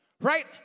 right